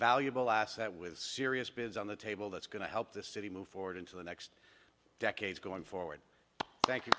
valuable asset with serious bids on the table that's going to help this city move forward into the next decade going forward thank you